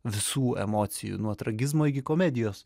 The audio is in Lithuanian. visų emocijų nuo tragizmo iki komedijos